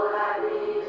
happy